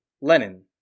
Lenin